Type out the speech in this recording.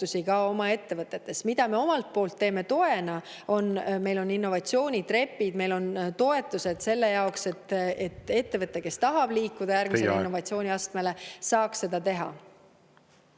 ka oma ettevõtetes. Mida me teeme toena? Meil on innovatsioonitrepid, meil on toetused selle jaoks, et ettevõte, kes tahab liikuda järgmisele … Teie aeg! … innovatsiooniastmele, saaks seda teha.